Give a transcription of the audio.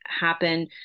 happen